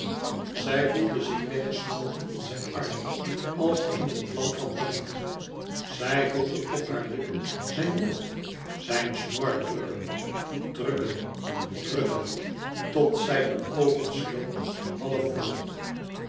zij voelde zich weggesmolten in zijn armen als in een vlam van warmte zij voelde op hare lippen zijn mond zijn snor drukken drukken drukken tot zij de oogen sloot half flauw